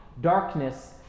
darkness